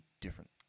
different